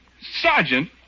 sergeant